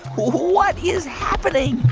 what is happening?